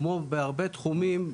כמו בהרבה תחומים.